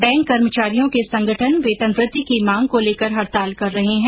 bank कर्मचारियों के संगठन वेतन वृद्धि की मांग को लेकर हड़ताल कर रहे हैं